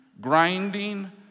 grinding